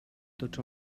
tots